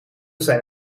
zijn